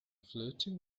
flirting